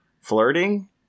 flirting